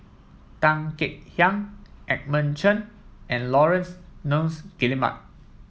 Tan Kek Hiang Edmund Chen and Laurence Nunns Guillemard